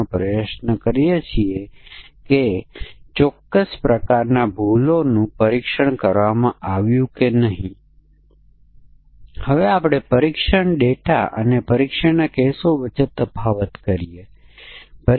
અને પછી આપણે નબળા સમકક્ષ પરીક્ષણ મજબૂત સમકક્ષ પરીક્ષણ અને મજબૂત રોબસ્ટ પરીક્ષણ વગેરે તરફ ધ્યાન આપ્યું